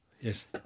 Yes